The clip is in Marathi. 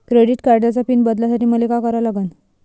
क्रेडिट कार्डाचा पिन बदलासाठी मले का करा लागन?